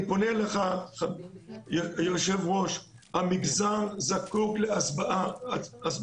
אני פונה אליך, היושב-ראש: המגזר זקוק להסברה.